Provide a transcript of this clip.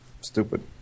Stupid